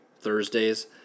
Thursdays